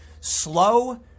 Slow